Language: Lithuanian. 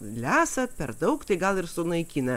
lesa per daug tai gal ir sunaikina